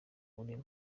uri